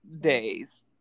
days